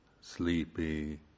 sleepy